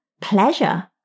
pleasure